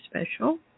Special